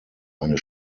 eine